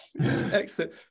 excellent